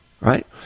right